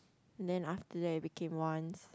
and then after that it became once